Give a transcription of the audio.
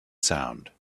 sound